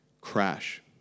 crash